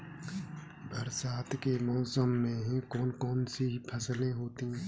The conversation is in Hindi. बरसात के मौसम में कौन कौन सी फसलें होती हैं?